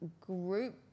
group